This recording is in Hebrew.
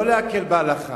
לא להקל בהלכה,